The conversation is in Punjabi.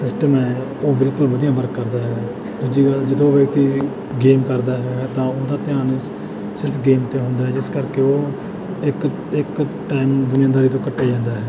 ਸਿਸਟਮ ਹੈ ਉਹ ਬਿਲਕੁਲ ਵਧੀਆ ਵਰਕ ਕਰਦਾ ਹੈ ਦੂਜੀ ਗੱਲ ਜਦੋਂ ਵਿਅਕਤੀ ਗੇਮ ਕਰਦਾ ਹੈ ਤਾਂ ਉਹਦਾ ਧਿਆਨ ਸਿਰਫ ਗੇਮ 'ਤੇ ਹੁੰਦਾ ਹੈ ਜਿਸ ਕਰਕੇ ਉਹ ਇੱਕ ਇੱਕ ਟਾਈਮ ਦੁਨੀਆਦਾਰੀ ਤੋਂ ਕੱਟਿਆ ਜਾਂਦਾ ਹੈ